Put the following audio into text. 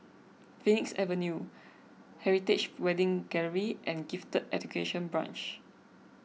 Phoenix Avenue Heritage Wedding Gallery and Gifted Education Branch